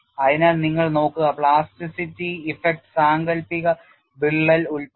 അതിനാൽ നിങ്ങൾ നോക്കുക plasticity ഇഫക്റ്റ് സാങ്കൽപ്പിക വിള്ളൽ ഉൾപ്പെടുത്തി